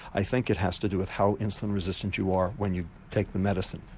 i think it has to do with how insulin resistant you are when you take the medicine.